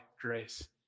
grace